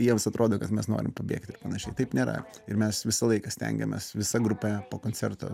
jiems atrodo kad mes norim pabėgti ir panašiai taip nėra ir mes visą laiką stengiamės visa grupe po koncerto